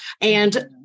And-